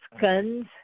guns